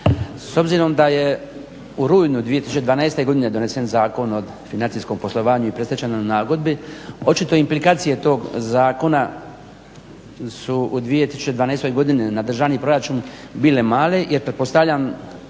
S obzirom da je rujnu 2012.godine donesen Zakon o financijskom poslovanju i predstečajnoj nagodbi očito implikacije tog zakona su u 2012.godini na državni proračun bile male jer pretpostavljam